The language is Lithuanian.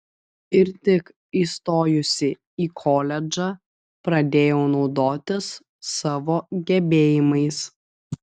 ir tik įstojusi į koledžą pradėjau naudotis savo gebėjimais